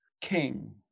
King